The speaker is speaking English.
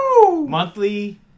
monthly